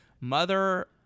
Mother